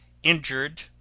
Injured